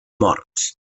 morts